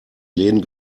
läden